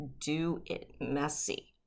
do-it-messy